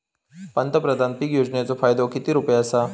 पंतप्रधान पीक योजनेचो फायदो किती रुपये आसा?